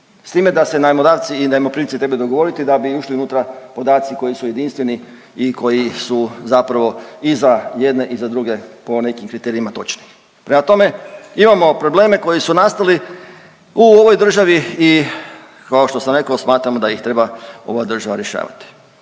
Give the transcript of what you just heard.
s time da se najmodavci i najmoprimci trebaju dogovoriti da bi ušli unutra podaci koji su jedinstveni i koji su zapravo i za jedne i za druge po nekim kriterijima točne. Prema tome imamo probleme koji su nastali u ovoj državi i kao što sam rekao smatramo da ih treba ova država rješavati.